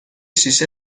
شیشه